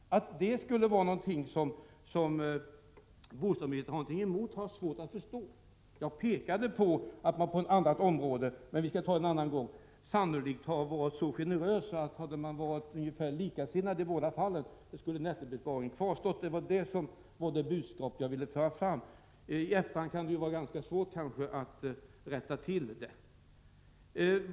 Att det skulle vara någonting som bostadsministern har något emot har jag svårt att förstå. Jag pekade på att man på ett annat område, som vi skall tala om en annan gång, sannolikt hade varit generösare och att nettobesparingen, om man varit någorlunda likasinnad i båda fallen, skulle ha kvarstått. Det var det budskapet jag ville föra fram. I efterhand kan det kanske vara svårt att rätta till orättvisorna.